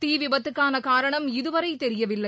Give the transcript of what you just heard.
தீவிபத்துக்கான காரணம் இதுவரை தெரியவில்லை